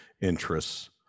interests